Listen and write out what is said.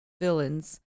villains